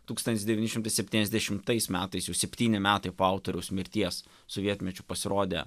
tūkstantis devyni šimtai septyniasdešimtais metais jau septyni metai po autoriaus mirties sovietmečiu pasirodė